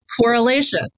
correlation